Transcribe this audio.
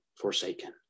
forsaken